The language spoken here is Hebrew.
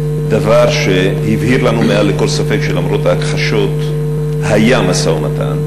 דבר שהבהיר לנו מעל לכל ספק שלמרות ההכחשות היה משא-ומתן,